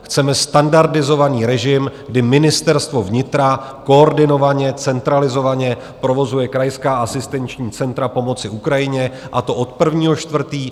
Chceme standardizovaný režim, kdy Ministerstvo vnitra koordinovaně, centralizovaně provozuje krajská asistenční centra pomoci Ukrajině, a to od 1. 4.